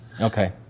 Okay